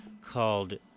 called